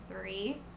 three